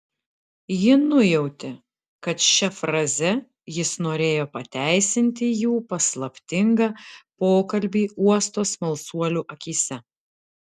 ji nujautė kad šia fraze jis norėjo pateisinti jų paslaptingą pokalbį uosto smalsuolių akyse